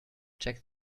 check